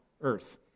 earth